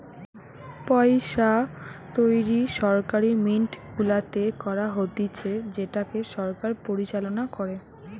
পইসা তৈরী সরকারি মিন্ট গুলাতে করা হতিছে যেটাকে সরকার পরিচালনা করে